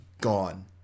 gone